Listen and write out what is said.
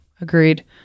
Agreed